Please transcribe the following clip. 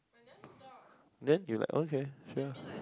then you like okay sure